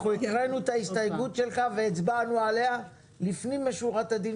אנחנו הקראנו את ההסתייגות שלך והצבענו עליה לפנים משורת הדין